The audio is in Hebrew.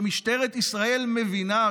שמשטרת ישראל מבינה,